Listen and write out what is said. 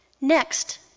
Next